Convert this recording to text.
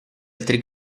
altri